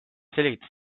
selgitas